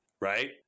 right